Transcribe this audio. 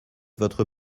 votre